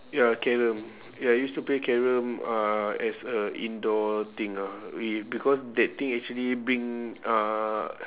ya carrom ya I used to play carrom uh as a indoor thing ah we because that thing actually bring uh